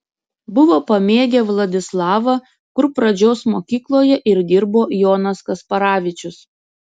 buvo pamėgę vladislavą kur pradžios mokykloje ir dirbo jonas kasparavičius